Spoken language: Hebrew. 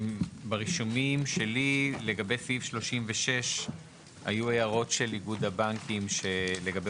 ברישומים שלי לגבי סעיף 36 היו הערות של איגוד הבנקים לגבי